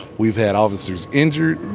we've had officers injured,